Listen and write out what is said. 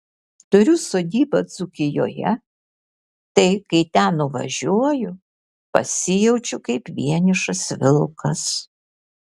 turiu sodybą dzūkijoje tai kai ten nuvažiuoju pasijaučiu kaip vienišas vilkas